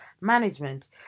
management